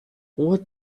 what